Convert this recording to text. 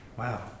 Wow